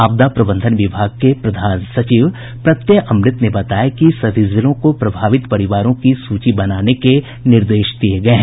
आपदा प्रबंधन विभाग के प्रधान सचिव प्रत्यय अमृत ने बताया कि सभी जिलों को प्रभावित परिवारों की सूची बनाने के निर्देश दिये गये हैं